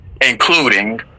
including